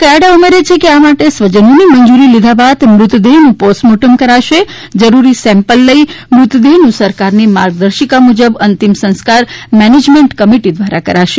કપાડ ઉમેરે છે કે આ માટે સ્વજનોની મંજૂરી લીધા બાદ મૃતદેહનું પોસ્ટ મોર્ટમ કરાશે જરૂરી સેમ્પલ લઈ મૃતદેહનું સરકારની માર્ગદર્શિકા મુજબ અંતિમ સંસ્કાર મેનેજમેન્ટ કમિટિ દ્વારા કરાશે